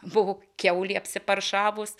buvo kiaulė apsiparšavus